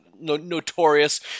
notorious